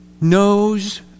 knows